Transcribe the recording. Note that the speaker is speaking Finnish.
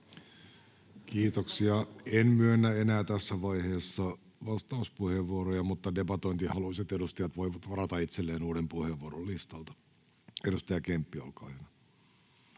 Kiitoksia. — En myönnä enää tässä vaiheessa vastauspuheenvuoroja, mutta debatointihaluiset edustajat voivat varata itselleen uuden puheenvuoron listalta. — Edustaja Kemppi, olkaa hyvä.